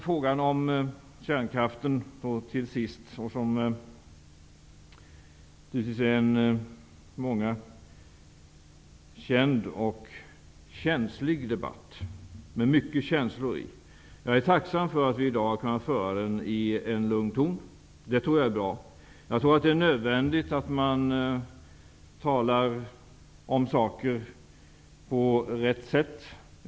Frågan om kärnkraften är känd och känslig. Det finns många känslor i den. Jag är tacksam för att vi i dag har kunnat föra den i en lugn ton. Det tror jag är bra. Jag tror att det är nödvändigt att man talar om saker på rätt sätt.